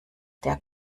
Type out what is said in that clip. der